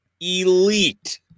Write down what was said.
elite